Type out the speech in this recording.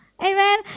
Amen